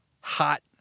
hot